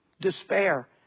Despair